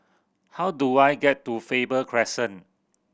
how do I get to Faber Crescent